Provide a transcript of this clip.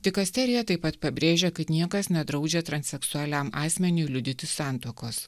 dikasterija taip pat pabrėžė kad niekas nedraudžia transseksualiam asmeniui liudyti santuokos